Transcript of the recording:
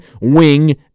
wing